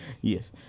Yes